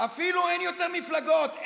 אפילו אין יותר מפלגות,